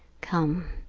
come.